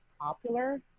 popular